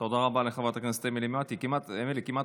תודה רבה לחברת הכנסת אמילי מואטי, כמעט הוספתי: